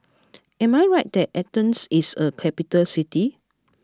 am I right that Athens is a capital city